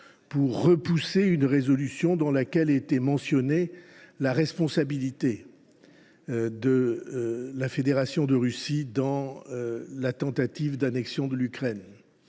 pour repousser une résolution dans laquelle était mentionnée la responsabilité de la Fédération de Russie dans la tentative d’annexion de l’Ukraine.